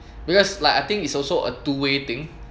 because like I think is also a two way thing